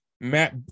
Matt